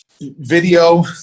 Video